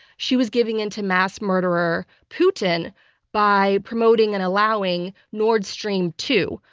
she was giving into mass murderer putin by promoting and allowing nord stream two,